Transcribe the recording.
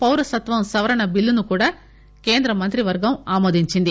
పౌరసత్వం సవరణ బిల్లును కూడా కేంద్ర మంత్రివర్గం ఆమోదించింది